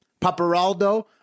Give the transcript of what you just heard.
Paparaldo